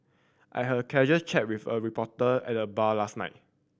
I had a casual chat with a reporter at the bar last night